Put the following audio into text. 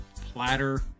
platter